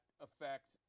affect